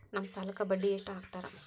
ನಮ್ ಸಾಲಕ್ ಬಡ್ಡಿ ಎಷ್ಟು ಹಾಕ್ತಾರ?